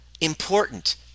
important